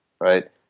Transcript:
right